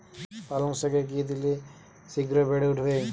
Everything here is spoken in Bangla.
পালং শাকে কি দিলে শিঘ্র বেড়ে উঠবে?